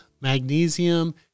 magnesium